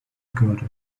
got